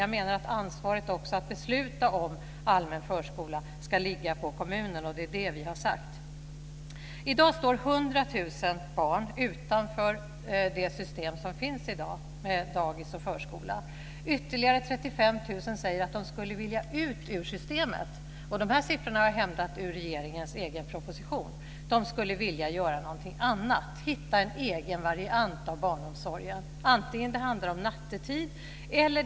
Jag menar att ansvaret att besluta om allmän förskola ska ligga på kommunen. Det är det vi har sagt. I dag står 100 000 barn utanför det system som finns med dagis och förskola. Ytterligare 35 000 säger att de skulle vilja komma ut ur systemet. De här siffrorna har jag hämtat ur regeringens egen proposition. De skulle vilja göra någonting annat och hitta en egen variant av barnomsorg, som kan handla om t.ex. nattetid.